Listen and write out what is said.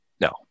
No